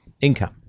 income